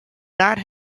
not